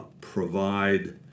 provide